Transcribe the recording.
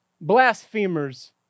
blasphemers